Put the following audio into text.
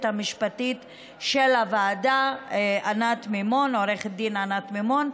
המשפטית של הוועדה עו"ד ענת מימון,